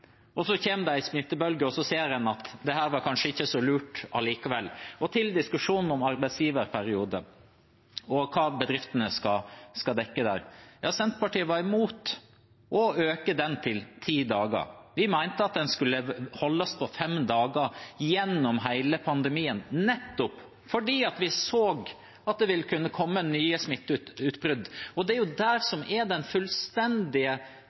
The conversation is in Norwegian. Så kommer det en smittebølge, og så ser en at dette kanskje ikke var så lurt allikevel. Til diskusjonen om arbeidsgiverperiode og hva bedriftene skal dekke der: Senterpartiet var imot å øke den til ti dager. Vi mente den skulle holdes på fem dager gjennom hele pandemien nettopp fordi vi så at det ville kunne komme nye smitteutbrudd. Det er det som er den fullstendig forskjellige situasjonen – på den